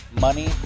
money